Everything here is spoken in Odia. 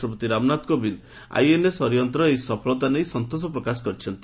ରାଷ୍ଟ୍ରପତି ରାମନାଥ କୋବିନ୍ଦ୍ ଆଇଏନ୍ଏସ୍ ଅରିହନ୍ତର ଏହି ସଫଳତା ନେଇ ସନ୍ତୋଷ ପ୍ରକାଶ କରିଛନ୍ତି